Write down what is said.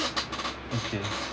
okay